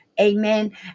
Amen